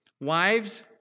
Wives